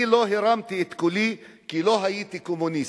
אני לא הרמתי את קולי, כי לא הייתי קומוניסט.